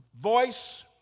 voice